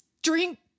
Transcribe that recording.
drink